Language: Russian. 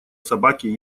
собаке